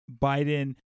Biden